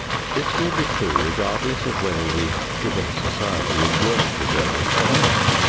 this will be true regardless of whether the given society is worth preserving or not.